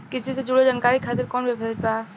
कृषि से जुड़ल जानकारी खातिर कोवन वेबसाइट बा?